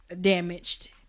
damaged